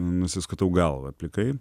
nusiskutau galvą plikai